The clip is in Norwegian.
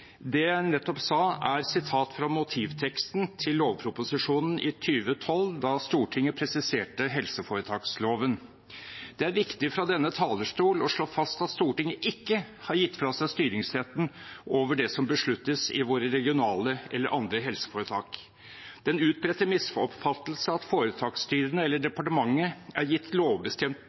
Det jeg nettopp sa, er fra motivteksten til lovproposisjonen i 2012, da Stortinget presiserte helseforetaksloven. Det er viktig fra denne talerstol å slå fast at Stortinget ikke har gitt fra seg styringsretten over det som besluttes i våre regionale – eller andre – helseforetak. Den utbredte misoppfattelse at foretaksstyrene eller departementet er gitt lovbestemt